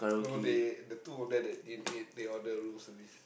no they the two of them that didn't ate they order room service